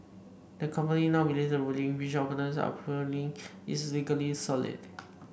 the company now believes the ruling which opponents are appealing is legally solid